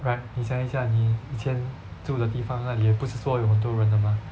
right 你想一下你以前住的地方那里也不是说有很多人了 mah